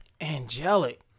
Angelic